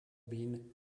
been